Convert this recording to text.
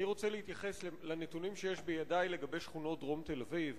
אני רוצה להתייחס לנתונים שיש בידי לגבי שכונות דרום תל-אביב,